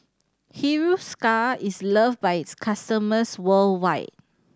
Hiruscar is loved by its customers worldwide